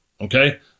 Okay